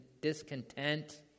discontent